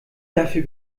dafür